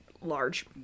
large